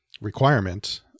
requirement